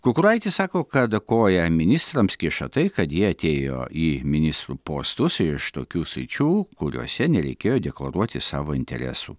kukuraitis sako kad koją ministrams kiša tai kad jie atėjo į ministrų postus iš tokių sričių kuriose nereikėjo deklaruoti savo interesų